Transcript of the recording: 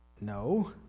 No